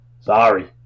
sorry